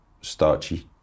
starchy